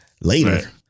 Later